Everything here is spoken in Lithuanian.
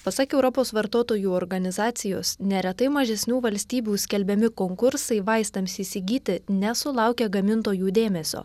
pasak europos vartotojų organizacijos neretai mažesnių valstybių skelbiami konkursai vaistams įsigyti nesulaukia gamintojų dėmesio